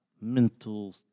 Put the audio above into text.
mental